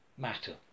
matter